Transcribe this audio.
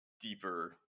deeper